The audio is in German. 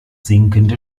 sinkende